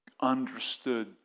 understood